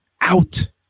out